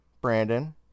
Brandon